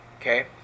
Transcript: Okay